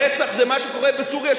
רצח זה מה שקורה בסוריה,